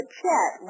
chat